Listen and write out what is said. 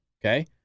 okay